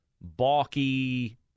balky